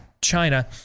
China